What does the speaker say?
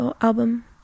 album